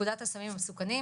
לפקודת הסמים המסוכנים,